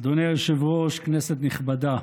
אדוני היושב-ראש, כנסת נכבדה,